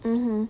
mmhmm